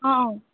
অঁ অঁ